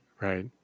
Right